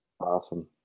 Awesome